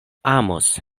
amos